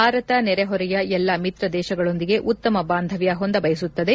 ಭಾರತ ನೆರೆಹೊರೆಯ ಎಲ್ಲಾ ಮಿತ್ರ ದೇಶಗಳೊಂದಿಗೆ ಉತ್ತಮ ಬಾಂಧವ್ದ ಹೊಂದಬಯಸುತ್ತದೆ